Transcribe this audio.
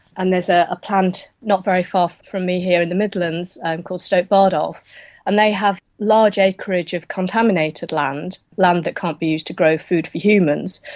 and there's a plant not very far from me here in the midlands called stoke bardolph and they have large acreage of contaminated land, land that can't be used to grow food for humans,